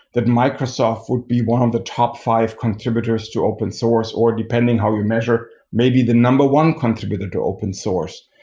that microsoft would be one of the top five contributors to open source or depending how you measure. maybe the number one contributed to open source.